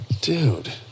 Dude